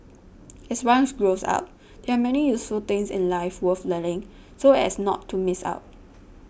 as ones grows up there are many useful things in life worth learning so as not to miss out